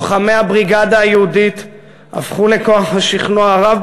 לוחמי הבריגדה היהודית הפכו לכוח השכנוע הרב